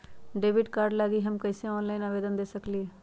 Debit card लागी हम कईसे ऑनलाइन आवेदन दे सकलि ह?